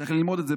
צריך ללמוד את זה.